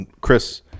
Chris